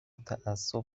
تعصب